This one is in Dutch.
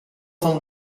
van